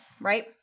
right